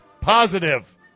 positive